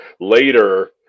later